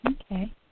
Okay